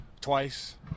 twice